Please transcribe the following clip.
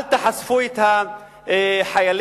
אל תחשפו את החיילים,